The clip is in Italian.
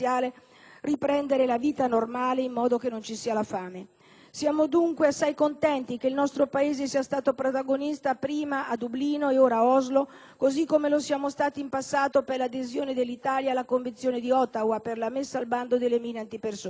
riprendere la vita normale in modo che non ci sia la fame. Siamo dunque assai contenti che il nostro Paese sia stato protagonista prima a Dublino ed ora a Oslo, così come lo siamo stati in passato per l'adesione dell'Italia alla Convenzione di Ottawa per la messa al bando delle mine antipersona.